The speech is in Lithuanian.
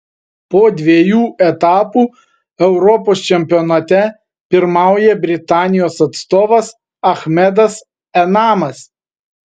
po dviejų etapų europos čempionate pirmauja britanijos atstovas achmedas enamas